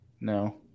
No